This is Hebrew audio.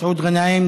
מסעוד גנאים,